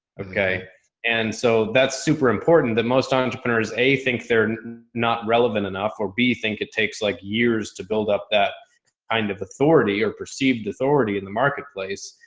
okay. and so that's super important that most entrepreneurs a think they're not relevant enough. or b, think it takes like years to build up that kind of authority or perceived authority in the marketplace.